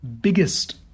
biggest